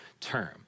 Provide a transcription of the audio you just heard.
term